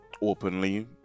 openly